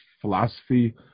philosophy